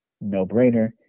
no-brainer